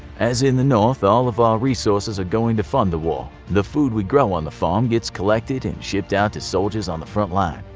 as in the north, all of our resources are going to fund the war. the food we grow on the farm gets collected and shipped out to soldiers on the front line.